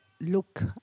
look